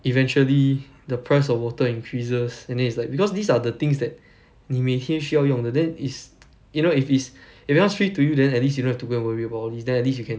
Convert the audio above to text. eventually the price of water increases and then it's like because these are the things that 你每天需要用的 then is you know if it's it becomes free to use then at least you don't have to go and worry about all these there at least you can